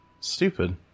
Stupid